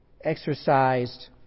exercised